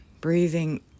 breathing